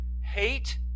hate